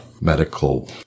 medical